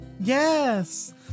Yes